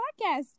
podcast